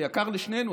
שיקר לשנינו,